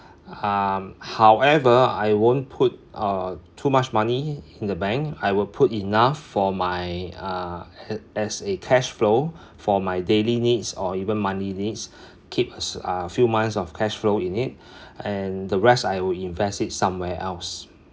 um however I won't put uh too much money in the bank I will put enough for my uh as as a cash flow for my daily needs or even monthly needs keep as uh a few months of cash flow in it and the rest I will invest it somewhere else